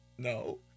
No